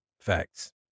Facts